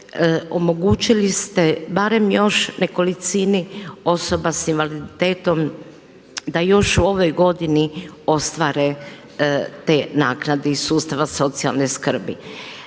omogućili ste barem još nekolicini osoba sa invaliditetom da još u ovoj godini ostvare te naknade iz sustava socijalne skrbi.